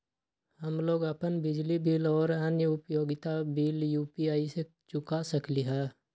हम लोग अपन बिजली बिल और अन्य उपयोगिता बिल यू.पी.आई से चुका सकिली ह